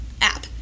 app